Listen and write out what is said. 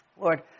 Lord